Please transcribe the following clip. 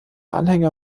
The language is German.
anhänger